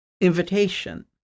invitation